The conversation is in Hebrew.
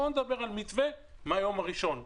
בואו נדבר על מתווה מהיום הראשון.